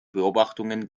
beobachtungen